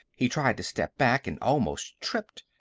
he tried to step back, and almost tripped.